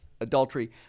adultery